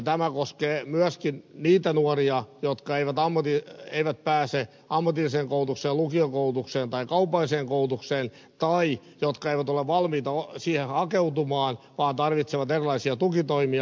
tämä koskee myöskin niitä nuoria jotka eivät pääse ammatilliseen koulutukseen lukiokoulutukseen tai kaupalliseen koulutukseen tai jotka eivät ole valmiita siihen hakeutumaan vaan tarvitsevat erilaisia tukitoimia